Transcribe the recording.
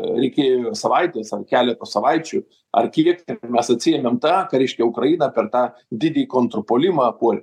reikėjo savaitės ar keleto savaičių ar kiek mes atsiėmėm tą ką reiškia ukrainą per tą didį kontrpuolimą puolė